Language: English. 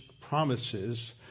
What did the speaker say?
promises